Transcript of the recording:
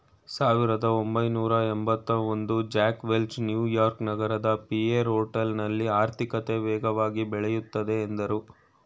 ಸಾವಿರದಒಂಬೈನೂರಎಂಭತ್ತಒಂದು Jack Welch New York ನಗರದ Pierre ಹೋಟೆಲ್ನಲ್ಲಿ ಆರ್ಥಿಕತೆ ವೇಗವಾಗಿ ಬೆಳೆಯುತ್ತದೆ ಎಂದ್ರು